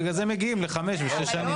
בגלל זה מגיעים לחמש ושש שנים.